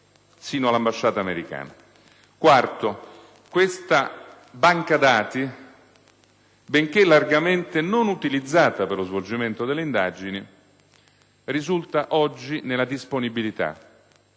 luogo, questa banca dati, benché largamente non utilizzata per lo svolgimento delle indagini, risulta oggi nella disponibilità